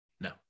No